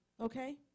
okay